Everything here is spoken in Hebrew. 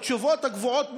התשובות הקבועות מראש,